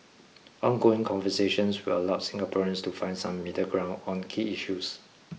ongoing conversations will allow Singaporeans to find some middle ground on key issues